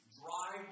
dry